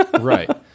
right